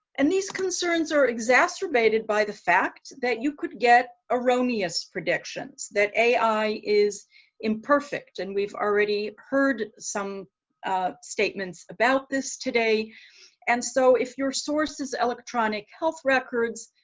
and these concerns are exacerbated by the fact that you could get erroneous predictions that ai is imperfect and we've already heard some statements about this today and so if your source electronic health records,